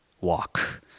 walk